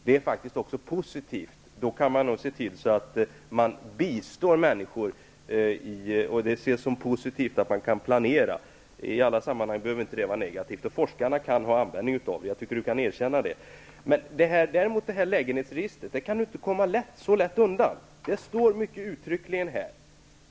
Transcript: Det är också positivt, eftersom man då kan se till att man bistår människor och eftersom man kan planera. I alla sammanhang behöver det inte vara negativt. Forskarna kan också ha användning av uppgifterna, jag tycker att Richard Ulfvengren kan erkänna det. Däremot kan Richard Ulfvengren inte komma så lätt undan när det gäller lägenhetsregistret.